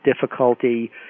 difficulty